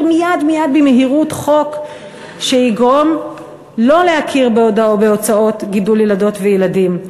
מייד מייד במהירות חוק שיגרום לא להכיר בהוצאות גידול ילדות וילדים.